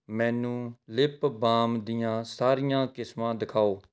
ਮੈਨੂੰ lip balm ਦੀਆਂ ਸਾਰੀਆਂ ਕਿਸਮਾਂ ਦਿਖਾਓ